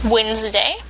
Wednesday